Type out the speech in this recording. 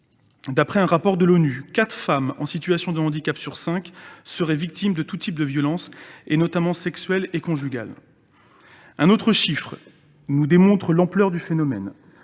D'après un rapport de l'ONU, quatre femmes en situation de handicap sur cinq seraient victimes de tous types de violences, notamment sexuelles et conjugales. Un autre chiffre nous démontre l'ampleur du phénomène